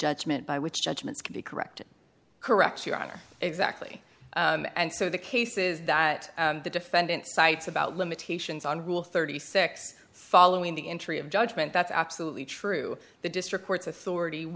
judgment by which judgments can be corrected correct your honor exactly and so the cases that the defendant cites about limitations on rule thirty six following the entry of judgment that's absolutely true the district court's authority